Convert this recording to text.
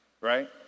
right